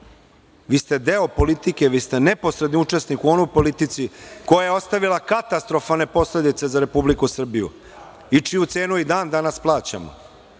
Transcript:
vi ste deo politike, vi ste neposredni učesnik u onoj politici koja je ostavila katastrofalne posledice za Republiku Srbiju i čiju cenu i dan danas plaćamo. Vi